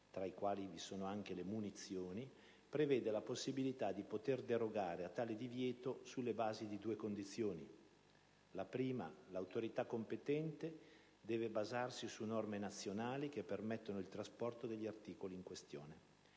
(tra i quali vi sono anche le munizioni), prevede la possibilità di derogare a tale divieto sulla base di due condizioni: l'autorità competente deve basarsi su norme nazionali che permettono il trasporto degli articoli in questione;